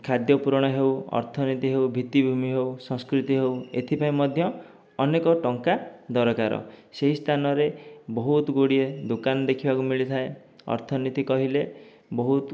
ଖାଦ୍ୟ ପୁରଣ ହେଉ ଅର୍ଥନୀତି ହେଉ ଭିତ୍ତିଭୂମି ହେଉ ସଂସ୍କୃତି ହେଉ ଏଥିପାଇଁ ମଧ୍ୟ ଅନେକ ଟଙ୍କା ଦରକାର ସେହି ସ୍ଥାନରେ ବହୁତ ଗୁଡ଼ିଏ ଦୋକାନ ଦେଖିବାକୁ ମିଳିଥାଏ ଅର୍ଥନୀତି କହିଲେ ବହୁତ